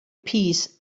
peace